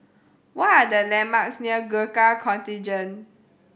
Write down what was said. what are the landmarks near Gurkha Contingent